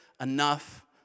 enough